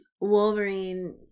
Wolverine